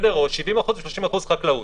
או 70% ו-30% חקלאות